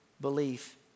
belief